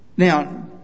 Now